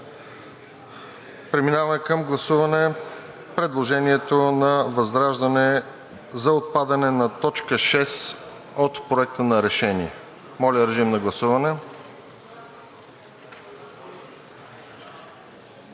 Преминаваме към гласуване на предложението на ВЪЗРАЖДАНЕ за отпадане на т. 6 от Проекта на решение. Моля, режим на гласуване.